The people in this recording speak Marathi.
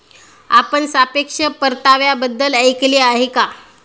आपण सापेक्ष परताव्याबद्दल ऐकले आहे का?